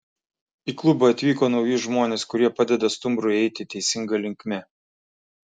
į klubą atvyko nauji žmonės kurie padeda stumbrui eiti teisinga linkme